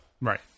Right